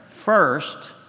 First